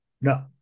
no